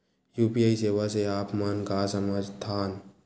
UPI सेवा से आप मन का समझ थान?